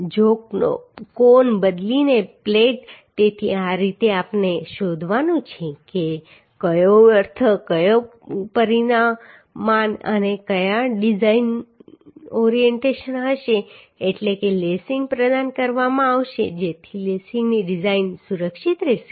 ઝોકનો કોણ બદલીને પ્લેટ તેથી આ રીતે આપણે શોધવાનું છે કે કયો અર્થ કયો પરિમાણ છે અને ડિઝાઇન કયા ઓરિએન્ટેશન હશે એટલે કે લેસિંગ પ્રદાન કરવામાં આવશે જેથી લેસિંગની ડિઝાઇન સુરક્ષિત રહેશે